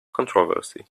controversy